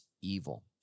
evil